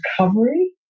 recovery